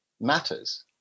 matters